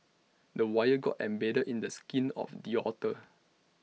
the wire got embedded in the skin of the otter